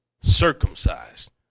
circumcised